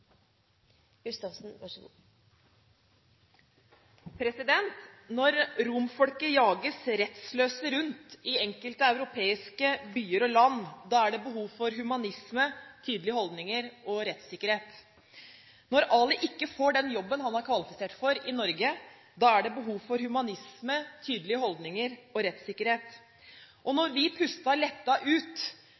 Når romfolket jages rettsløse rundt i enkelte europeiske byer og land, er det behov for humanisme, tydelige holdninger og rettssikkerhet. Når Ali ikke får den jobben i Norge han er kvalifisert for, er det behov for humanisme, tydelige holdninger og rettssikkerhet. Og da vi pustet lettet ut